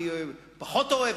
אני פחות אוהב?